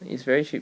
it's very cheap